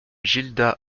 gilda